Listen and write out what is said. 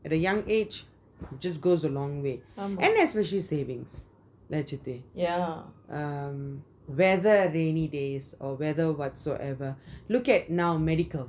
at a young age it just goes a long way and especially savings lah சித்தி:chithi um whether rainy days or whether whatsoever look at now medical